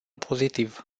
pozitiv